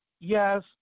Yes